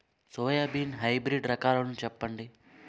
Soybean hybrid రకాలను చెప్పండి?